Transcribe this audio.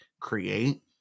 create